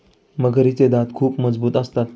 मगरीचे दात खूप मजबूत असतात